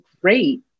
great